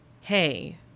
Hey